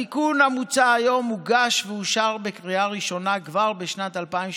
התיקון המוצע היום הוגש ואושר בקריאה ראשונה כבר בשנת 2018,